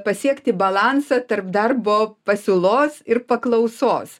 pasiekti balansą tarp darbo pasiūlos ir paklausos